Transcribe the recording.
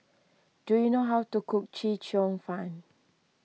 do you know how to cook Chee Cheong Fun